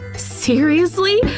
seriously!